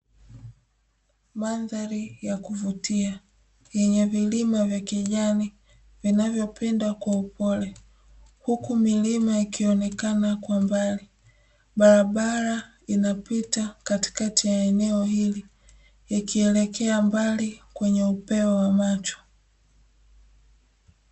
Mandhari ya kuvutia yenye vilima vya kijani vinavyopenda kwa upole; huku milima ikionekana kwa mbali, barabara inapita katikati ya eneo hili yakielekea mbali kwenye upeo wa macho.